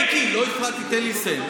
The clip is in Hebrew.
מיקי, לא הפרעתי, תן לי לסיים.